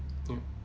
mm